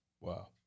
Wow